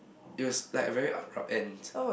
it was like a very abrupt end